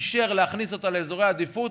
אישר להכניס אותה לאזורי העדיפות